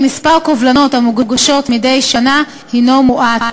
מספר הקובלנות המוגשות מדי שנה הוא מועט,